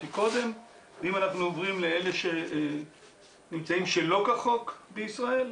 אם אנחנו עוברים לאלה שנמצאים שלא כחוק בישראל,